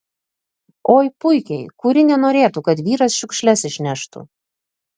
oi puikiai kuri nenorėtų kad vyras šiukšles išneštų